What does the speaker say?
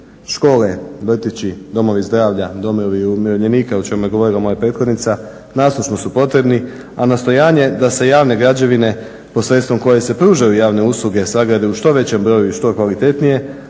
Škole, vrtići, domovi zdravlja, domovi umirovljenika o čemu je govorila moja prethodnica nasušno su potrebni, a nastojanje da se javne građevine posredstvom koje se pružaju javne usluge sagrade u što većem broju i što kvalitetnije